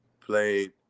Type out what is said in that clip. played